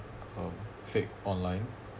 um fake online